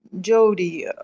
Jody